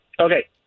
Okay